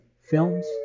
films